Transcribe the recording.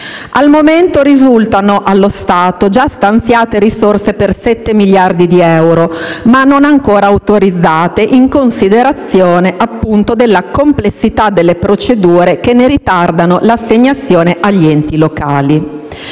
Al momento risultano già stanziate risorse per 7 miliardi di euro, ma non ancora autorizzate, in considerazione, appunto, della complessità delle procedure che ne ritardano l'assegnazione agli enti locali.